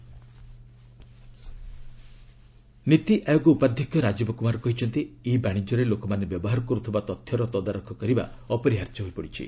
Rajiv e commerce NITI Aayog ଉପାଧ୍ୟକ୍ଷ ରାଜୀବ କୁମାର କହିଛନ୍ତି e ବାଶିଜ୍ୟରେ ଲୋକମାନେ ବ୍ୟବହାର କରୁଥିବା ତଥ୍ୟର ତଦାରଖ କରିବା ଅପରିହାର୍ଯ୍ୟ ହୋଇପଡ଼ିଛି